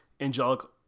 angelic